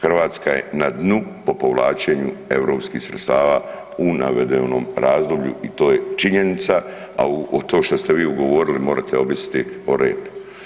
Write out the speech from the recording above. Hrvatska je na dnu po povlačenju europskih sredstava u navedenom razdoblju i to je činjenica, a to što ste vi ugovorili morete obisiti o rep.